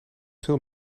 veel